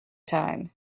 time